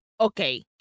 okay